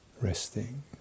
resting